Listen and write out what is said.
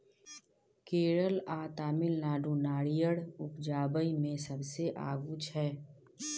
केरल आ तमिलनाडु नारियर उपजाबइ मे सबसे आगू छै